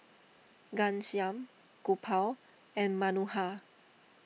Ghanshyam Gopal and Manohar